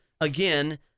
again